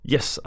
Yes